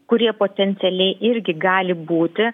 kurie potencialiai irgi gali būti